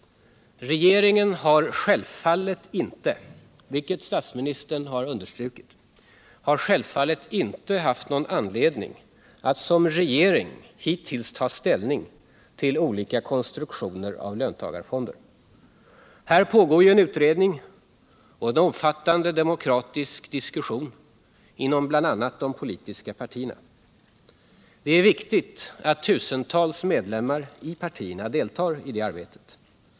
Regeringen har självfallet inte, vilket statsministern har understrukit, haft någon anledning att som regering hittills ta ställning till olika konstruktioner av löntagarfonder. Här pågår en utredning och en omfattande demokratisk diskussion inom bl.a. de politiska partierna. Det är viktigt att tusentals medlemmar i partierna deltar i det arbetet.